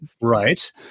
Right